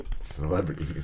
Celebrity